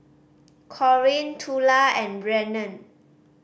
Corinne Tula and Brennen